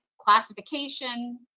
classification